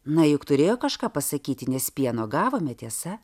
na juk turėjo kažką pasakyti nes pieno gavome tiesa